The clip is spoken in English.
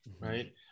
right